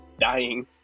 dying